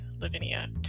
Lavinia